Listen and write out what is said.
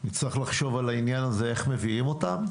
אני צריך לחשוב על העניין הזה, איך מביאים אותם.